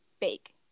bake